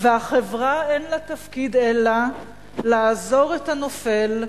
והחברה אין לה תפקיד אלא לעזור את הנופל,